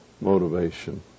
motivation